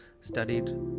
studied